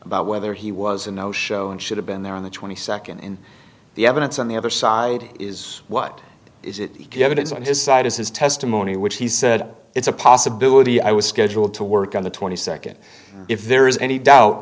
about whether he was a no show and should have been there on the twenty second in the evidence on the other side is what is it he gets on his side is his testimony which he said it's a possibility i was scheduled to work on the twenty second if there is any doubt